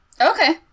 Okay